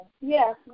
Yes